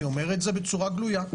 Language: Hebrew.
אני אומר את זה בצורה גלויה,